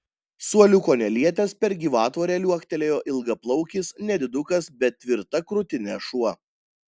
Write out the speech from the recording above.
suoliuko nelietęs per gyvatvorę liuoktelėjo ilgaplaukis nedidukas bet tvirta krūtine šuo